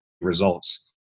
results